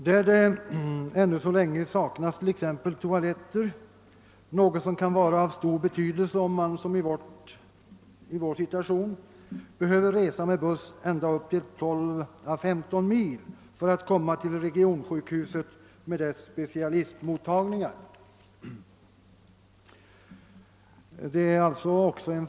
Där saknas ännu t.ex. toaletier — något som kan vara av stor betydelse om man behöver åka buss ända upp till 12—15 mil för att komma till regionsjukhuset med dess specialistmottagningar.